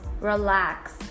relax